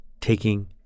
taking